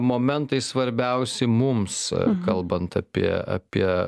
momentai svarbiausi mums kalbant apie apie